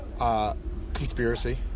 Conspiracy